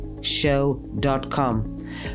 show.com